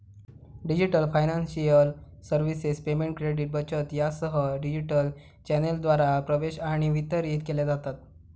digital financial services payment, credit, बचत यासह digital चॅनेलद्वारा प्रवेश आणि वितरित केल्या जातत